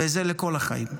וזה לכל החיים.